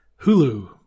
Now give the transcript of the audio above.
Hulu